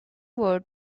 word